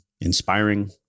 inspiring